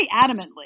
adamantly